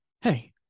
Hey